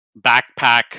backpack